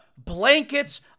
Blankets